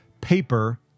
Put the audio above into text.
paper